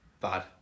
bad